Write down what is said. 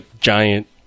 giant